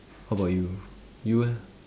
how about you you eh